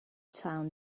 found